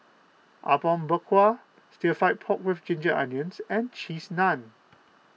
Apom Berkuah Stir Fry Pork with Ginger Onions and Cheese Naan